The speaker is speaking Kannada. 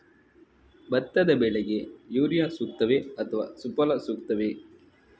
ಭತ್ತದ ಬೆಳೆಗೆ ಯೂರಿಯಾ ಸೂಕ್ತವೇ ಅಥವಾ ಸುಫಲ ಸೂಕ್ತವೇ?